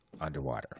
underwater